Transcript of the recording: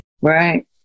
Right